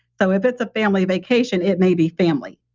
so, if it's a family vacation, it may be family.